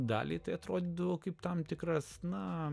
dalį tai atrodo kaip tam tikras na